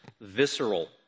visceral